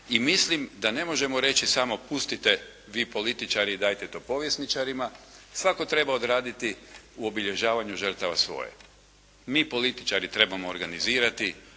i mislim da ne možemo reći samo pustite vi političari i dajte to povjesničarima. Svatko treba odraditi u obilježavanju žrtava svoje. Mi političari trebamo organizirati